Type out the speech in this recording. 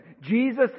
Jesus